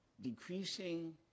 decreasing